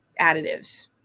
additives